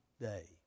day